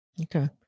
Okay